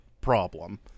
problem